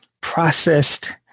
processed